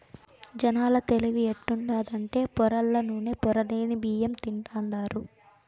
జనాల తెలివి ఎట్టుండాదంటే పొరల్ల నూనె, పొరలేని బియ్యం తింటాండారు